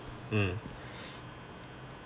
mm